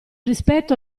rispetto